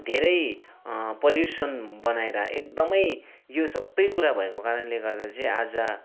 धेरै पल्युसन बनाएर एकदमै यो सबै कुरा भएको कारणले गर्दा चाहिँ आज